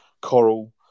Coral